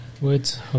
words